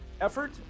effort